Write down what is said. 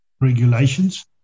regulations